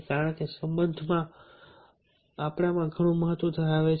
કારણ કે સંબંધ આપણામાં ઘણું મહત્વ ધરાવે છે